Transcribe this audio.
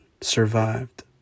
survived